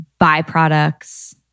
byproducts